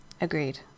Agreed